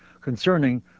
concerning